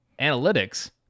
Analytics